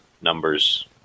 numbers